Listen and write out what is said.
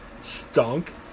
stunk